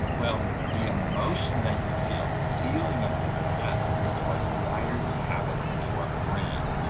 well, the emotion that you feel, the feeling of success is what wires the habit into our brain.